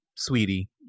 Sweetie